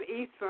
East